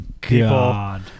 god